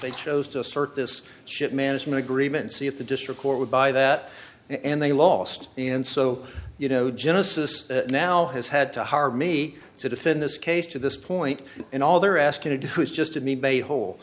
they chose to assert this ship management agreement see if the district court would buy that and they lost and so you know genesis now has had to hire me to defend this case to this point and all they're asking to do is just to me made whole